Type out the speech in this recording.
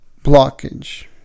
blockage